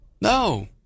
No